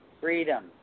Freedom